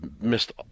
missed